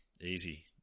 easy